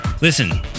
Listen